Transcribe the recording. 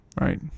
Right